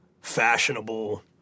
fashionable